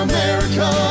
America